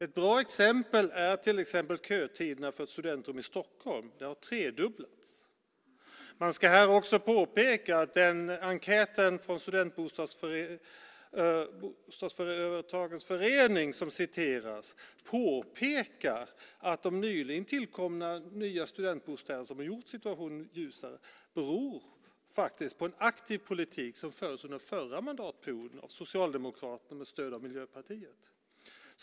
Ett bra exempel är att kötiderna för ett studentrum i Stockholm har tredubblats. Man ska här också påpeka att det i enkäten från Studentbostadsföreningen som citeras påpekas att de nyligen tillkomna studentbostäderna som har gjort situationen ljusare faktiskt beror på en aktiv politik som fördes under den förra mandatperioden av Socialdemokraterna med stöd av Miljöpartiet.